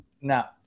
now